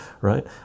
right